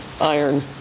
iron